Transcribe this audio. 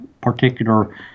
particular